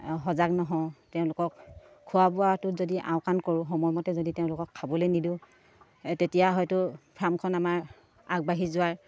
সজাগ নহওঁ তেওঁলোকক খোৱা বোৱাটোত যদি আওকাণ কৰোঁ সময়মতে যদি তেওঁলোকক খাবলে নিদিওঁ তেতিয়া হয়তো ফাৰ্মখন আমাৰ আগবাঢ়ি যোৱাৰ